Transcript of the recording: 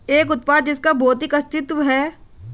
एक उत्पाद जिसका भौतिक अस्तित्व है?